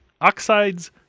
oxides